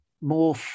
more